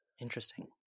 Interesting